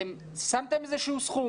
אתם שמתם איזשהו סכום?